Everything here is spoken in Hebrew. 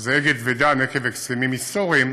שזה "אגד" ו"דן", עקב הסכמים היסטוריים,